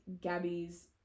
Gabby's